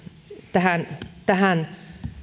tähän tähän